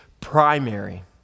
primary